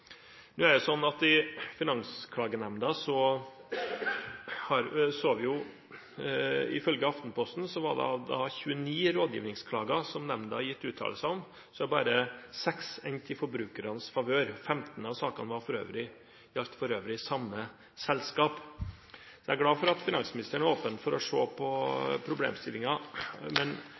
ifølge Aftenposten, at av 29 rådgivningsklager som Finansklagenemnda har gitt uttalelser om, har bare seks endt i forbrukernes favør. 15 av sakene gjaldt for øvrig samme selskap. Jeg er glad for at finansministeren er åpen for å se på